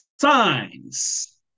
signs